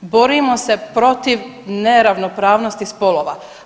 Borimo se protiv neravnopravnosti spolova.